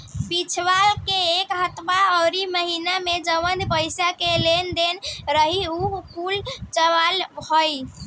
पिछला एक हफ्ता अउरी महीना में जवन पईसा के लेन देन रही उ कुल चुकावल जाई